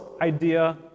idea